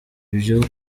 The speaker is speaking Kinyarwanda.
byo